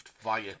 via